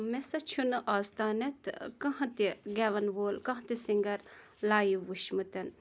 مےٚ ہسا چھُ نہِ اَز تامتھ کانٛہہ تہٕ گٮ۪وَن وول کانٛہہ تہٕ سِنگَر لایِو وٕچھمتَن